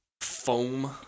foam